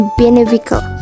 beneficial